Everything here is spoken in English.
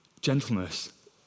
Gentleness